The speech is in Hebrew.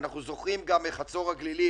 אנחנו זוכרים גם בחצור הגלילית,